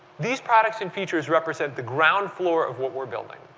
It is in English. these products and features represent the ground floor of what we're building.